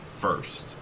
first